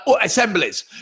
assemblies